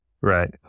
Right